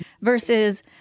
versus